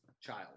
child